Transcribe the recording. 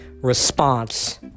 response